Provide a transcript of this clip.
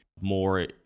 more